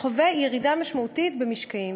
חווה ירידה משמעותית במשקעים.